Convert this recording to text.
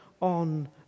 on